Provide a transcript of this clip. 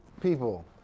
people